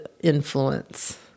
influence